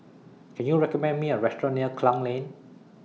Can YOU recommend Me A Restaurant near Klang Lane